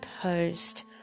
post